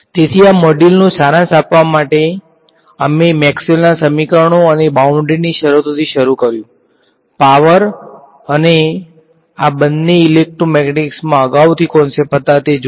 તેથી આ મોડ્યુલનો સારાંશ આપવા માટે અમે મેક્સવેલના સમીકરણો અને બાઉંડ્રીની શરતોથી શરૂ કર્યું પાવર અને આ બંને ઇલેક્ટ્રોમેગ્નેટિકમાં અગાઉથી કોંસેપ્ટ હતા તે જોયા